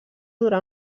durar